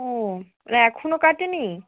ও এখনও কাটেনি